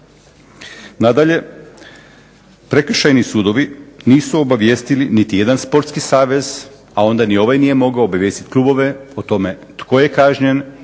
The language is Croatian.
Nadalje, prekršajni sudovi nisu obavijestili niti jedan sportski savez, a onda ni ovaj nije mogao obavijestiti klubove o tome tko je kažnjen